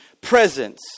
presence